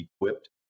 equipped